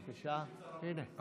הינה.